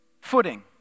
footing